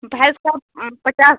भैंस का पचास